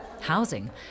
housing